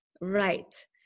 right